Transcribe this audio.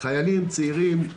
חיילים צעירים,